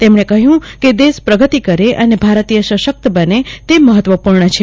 તેમણે કહ્યું કે દેશ પ્રગતિ કરે અને ભારતીય અસશક્ત બને તે મહત્વપૂર્ણ છે